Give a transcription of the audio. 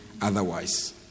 Otherwise